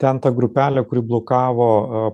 ten ta grupelė kuri blokavo